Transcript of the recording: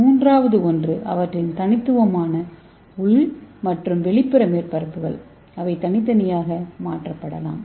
மூன்றாவது ஒன்று அவற்றின் தனித்துவமான உள் மற்றும் வெளிப்புற மேற்பரப்புகள் அவை தனித்தனியாக மாற்றப்படலாம்